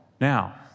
Now